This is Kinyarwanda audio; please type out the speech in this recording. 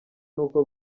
n’uko